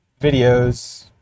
videos